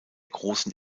großen